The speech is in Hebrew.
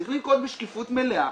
צריך לנקוט בשקיפות מלאה,